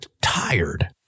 tired